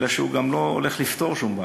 אלא שהוא גם לא הולך לפתור שום בעיה.